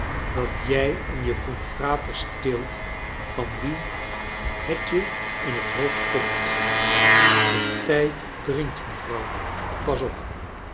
dat jij en je confraters steelt van wien het je in t hoofd komt v de tijd dringt mevrouw pas op